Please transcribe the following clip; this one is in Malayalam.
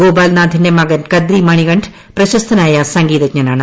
ഗോപാൽ നാഥിന്റെ മകൻ കദ്രി മണികണ്ഠ് പ്രശസ്തനായ സംഗീതജ്ഞനാണ്